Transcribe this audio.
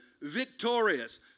Victorious